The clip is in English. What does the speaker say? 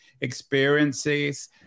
experiences